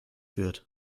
wird